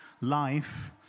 life